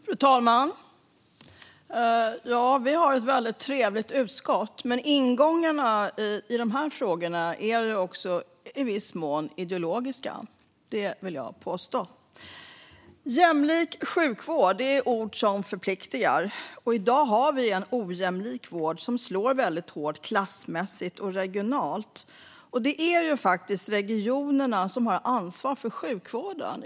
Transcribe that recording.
Fru talman! Ja, vi har ett väldigt trevligt utskott, men ingångarna i de här frågorna är också i viss mån ideologiska. Det vill jag påstå. Jämlik sjukvård är ord som förpliktar. I dag har vi en ojämlik vård som slår väldigt hårt klassmässigt och regionalt. Det är faktiskt regionerna som har ansvar för sjukvården.